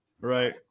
Right